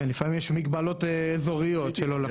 לפעמים יש מגבלות אזוריות של הולכה.